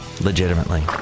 Legitimately